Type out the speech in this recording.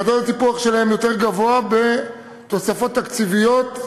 שמדד הטיפוח שלהם יותר גבוה בתוספות תקציביות,